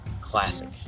Classic